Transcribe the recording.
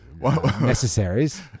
necessaries